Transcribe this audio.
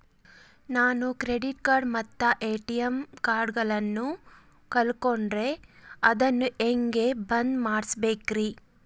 ನಾನು ಕ್ರೆಡಿಟ್ ಮತ್ತ ಎ.ಟಿ.ಎಂ ಕಾರ್ಡಗಳನ್ನು ಕಳಕೊಂಡರೆ ಅದನ್ನು ಹೆಂಗೆ ಬಂದ್ ಮಾಡಿಸಬೇಕ್ರಿ?